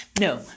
No